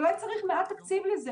ואולי צריך מעט תקציב לזה.